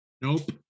Nope